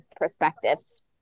perspectives